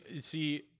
See